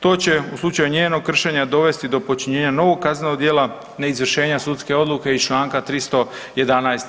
To će u slučaju njenog kršenja dovesti do počinjenja novog kaznenog djela neizvršenja sudske odluke iz čl. 311.